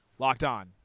LOCKEDON